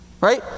right